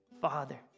Father